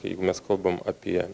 jeigu mes kalbam apie